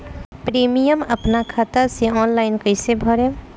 Premium अपना खाता से ऑनलाइन कईसे भरेम?